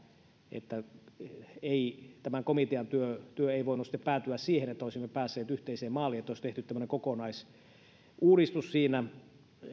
että tämän komitean työ ei voinut sitten päätyä siihen että olisimme päässeet yhteiseen maaliin että olisi tehty tämmöinen kokonaisuudistus siinä